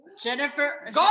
Jennifer